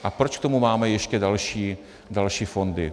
A proč k tomu máme ještě další, další fondy?